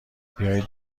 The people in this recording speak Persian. بیاید